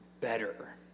better